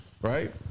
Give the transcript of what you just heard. Right